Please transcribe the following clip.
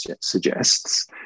suggests